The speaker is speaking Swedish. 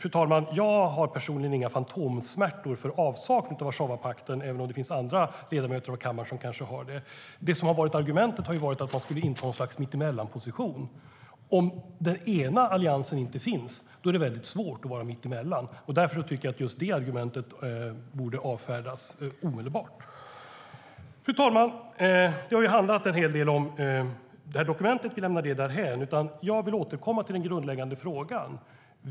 Fru talman! Jag har personligen inga fantomsmärtor för avsaknaden av Warszawapakten, även om det finns andra ledamöter av kammaren som kanske har det. Argumentet har varit att inta något slags mitt-emellan-position. Om den ena alliansen inte finns är det svårt att vara mitt emellan. Därför tycker jag att just det argumentet borde avfärdas omedelbart. Fru talman! Debatten har handlat en hel del om dokumentet. Vi lämnar det därhän. Jag vill återkomma till den grundläggande frågan.